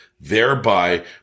thereby